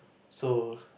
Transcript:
so